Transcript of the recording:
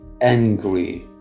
angry